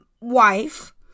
wife